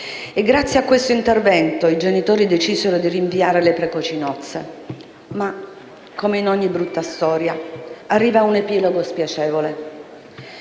E grazie a questo intervento i genitori decisero di rinviare le precoci nozze. Ma, come ogni brutta storia, arriva un epilogo spiacevole.